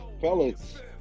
Fellas